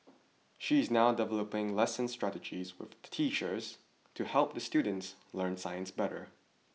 she is now developing lesson strategies with teachers to help students learn science better